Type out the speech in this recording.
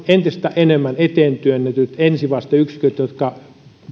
entistä enemmän eteen työnnetyt ensivasteyksiköt jotka